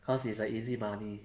cause it's uh easy money